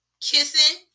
kissing